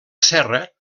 serra